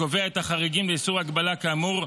הקובע את החריגים לאיסור ההגבלה כאמור,